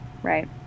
Right